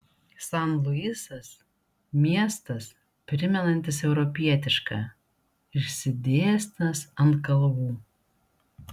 san luisas miestas primenantis europietišką išsidėstęs ant kalvų